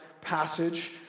passage